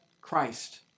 Christ